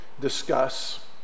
discuss